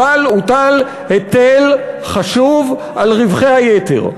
אבל הוטל היטל חשוב על רווחי היתר.